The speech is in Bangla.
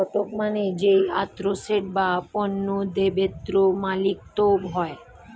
স্টক মানে যেই অ্যাসেট বা পণ্য দ্রব্যের মালিকত্ব হয়